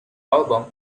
album